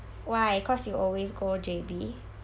why cause you always go J_B